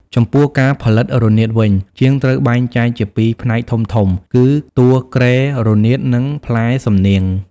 ចំពោះការផលិត រនាត វិញ ជាងត្រូវបែងចែកជាពីរផ្នែកធំៗ គឺ តួគ្រែរនាត និង ផ្លែសំនៀង។